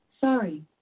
Sorry